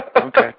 okay